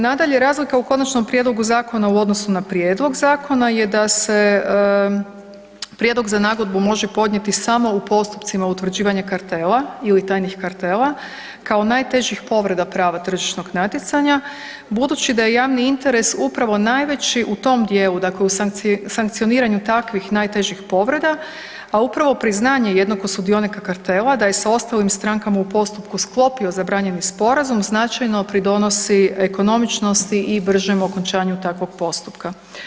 Nadalje, razlika u konačnom prijedlogu zakona u odnosu na prijedlog zakona je da se prijedlog za nagodbu može podnijeti samo u postupcima utvrđivanja kartela ili tajnih kartela kao najtežih povreda prava tržišnog natjecanja budući da je javni interes upravo najveći u tom dijelu, dakle u sankcioniranju takvih najtežih povreda, a upravo priznanje jednog od sudionika kartela da je sa ostalim strankama u postupku sklopio zabranjeni sporazum značajno pridonosi ekonomičnosti i bržem okončanju takvog postupka.